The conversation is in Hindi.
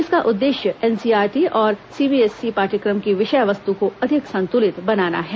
इसका उद्देश्घ्य एनसीईआरटी और सीबीएसई पाठ्यक्रम की विषय वस्तु को अधिक संतुलित बनाना है